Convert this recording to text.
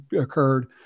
occurred